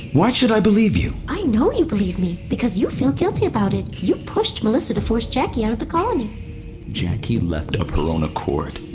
why should i believe you? i know you believe me, because you feel guilty about it you pushed melissa to force jacki out of the colony jacki left of own accord.